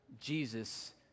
Jesus